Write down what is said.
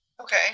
Okay